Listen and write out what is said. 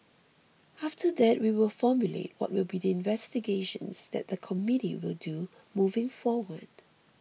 after that we will formulate what will be the investigations that the committee will do moving forward